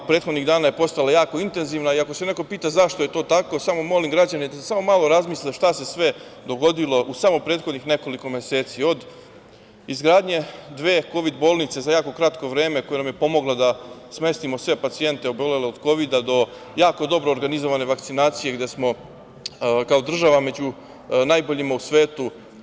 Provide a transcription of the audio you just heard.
Prethodnih dana je postala jako intenzivna i ako se neko pita zašto je to tako, samo molim građane da samo malo razmisle šta se sve dogodilo u samo prethodnih nekoliko meseci od izgradnje dve kovid bolnice za jako kratko vreme koje su nam pomogle da smestimo sve pacijente obolele od Kovida, do jako dobro organizovane vakcinacije, gde smo kao država među najboljima u svetu.